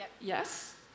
Yes